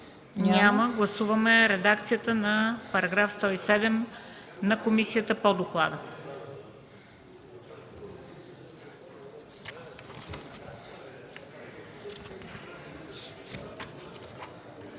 Няма. Гласуваме редакцията на § 107 на комисията по доклада.